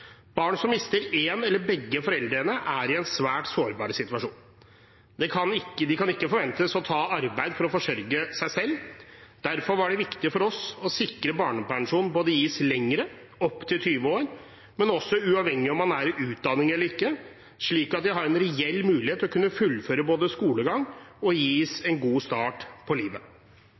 Barn som mister én eller begge foreldre, er i en svært sårbar situasjon. De kan ikke forventes å ta arbeid for å forsørge seg selv. Derfor var det viktig for oss å sikre at barnepensjon både gis lenger – opptil 20 år – og uavhengig av om man er under utdanning eller ikke, slik at de har en reell mulighet til både å kunne fullføre skolegang og få en god start på livet.